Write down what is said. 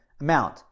amount